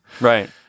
Right